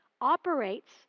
operates